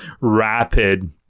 rapid